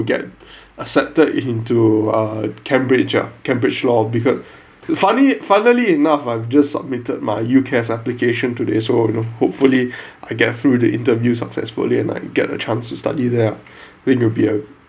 get accepted into uh cambridge ah cambridge law because funny funnily enough I've just submitted my UKAS application to the ESOL you know hopefully I get through the interview successfully and I get a chance to study there ah think will be a